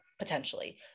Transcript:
Potentially